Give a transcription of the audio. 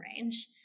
range